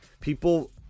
people